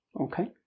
Okay